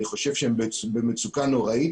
אני חושב שהם במצוקה נוראית.